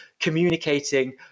communicating